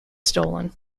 stolen